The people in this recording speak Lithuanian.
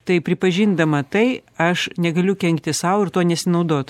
tai pripažindama tai aš negaliu kenkti sau ir tuo nesinaudot